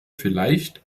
vielleicht